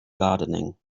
gardening